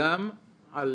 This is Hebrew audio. גם על